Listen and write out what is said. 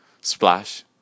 Splash